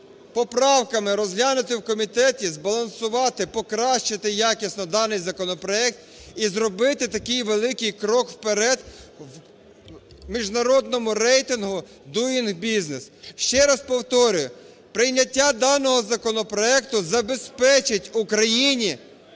поправками розглянути в комітеті, збалансувати, покращити якісно даний законопроект і зробити такий великий крок вперед в міжнародному рейтингу Doing Business. Ще раз повторюю, прийняття даного законопроекту забезпечить Україні